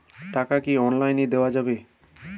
টাকা কি অনলাইনে দেওয়া যাবে?